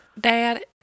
Dad